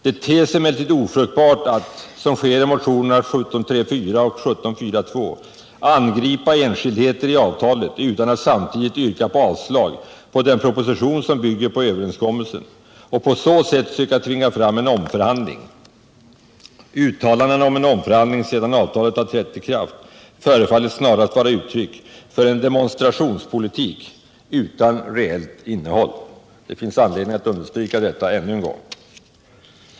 Det ter sig emellertid ofruktbart att, som sker i motionerna 1977 78:1742, angripa enskildheter i avtalet utan att samtidigt yrka på avslag på den proposition som bygger på överenskommelsen och på så sätt söka tvinga fram en omförhandling. Uttalandena om en omförhandling sedan avtalet har trätt i kraft förefaller snarast vara uttryck för en demonstrationspolitik utan reellt innehåll.” Det finns anledning att understryka detta ännu en gång.